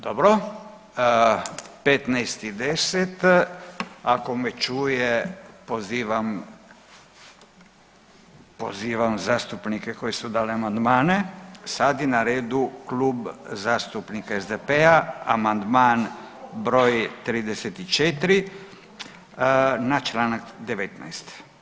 Dobro 15 i 10, ako me čuje pozivam, pozivam zastupnike koji su dali amandmane, sad je na redu Klub zastupnika SDP-a, amandman broj 34. na Članak 19.